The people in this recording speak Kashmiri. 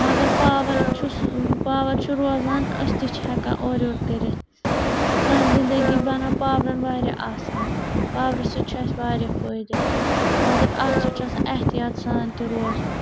مگر پاوَر چھُس پاوَر چھُ روزان أسۍ تہِ چھِ ہٮ۪کان اورٕ یورٕ کٔرِتھ سانہِ زِندگی بَنٲو پاورَن واریاہ آسان پاورٕ سۭتۍ چھُ اَسہِ واریاہ فٲیدٕ مگر اَتھ سۭتۍ چھُ آسان احتِیاط سان تہِ روزُن